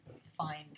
find